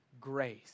grace